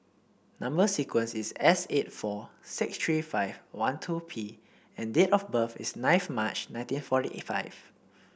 number sequence is S eight four six three five one two P and date of birth is ninth March nineteen forty five